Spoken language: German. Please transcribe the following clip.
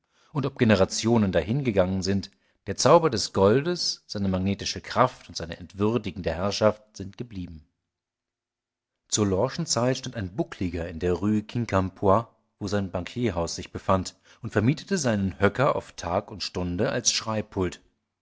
und ob generationen dahingegangen sind der zauber des goldes seine magnetische kraft und seine entwürdigende herrschaft sind geblieben zur lawschen zeit stand ein buckliger in der rue quincampoix wo sein bankierhaus sich befand und vermietete seinen höcker auf tag und stunde als schreibpult